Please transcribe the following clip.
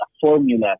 formula